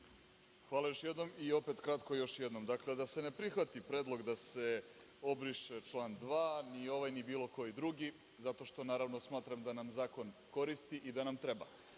Hvala, još jednom i opet kratko, još jednom. Da se ne prihvati predlog da se obriše član 2, ni ovaj ni bilo koji drugi, zato što smatram da nam zakon koristi i da nam treba.